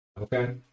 Okay